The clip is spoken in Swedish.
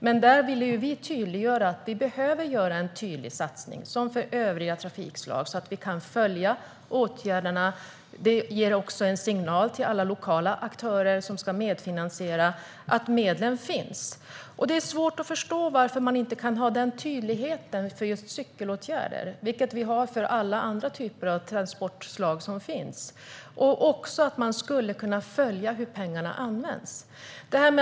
Men där vill vi tydliggöra att vi här behöver göra en tydlig satsning som för övriga trafikslag så att vi kan följa åtgärderna. Det ger också en signal till alla lokala aktörer som ska medfinansiera, att medlen finns. Det är svårt att förstå varför man inte kan ha den tydlighet för cykelåtgärder som vi har för alla andra typer av transportslag som finns så att man kan följa hur pengarna används.